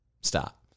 Stop